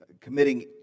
committing